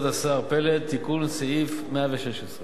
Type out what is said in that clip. כבוד השר פלד, תיקון לסעיף 116,